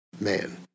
man